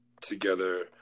together